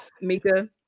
mika